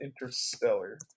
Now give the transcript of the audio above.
Interstellar